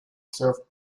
served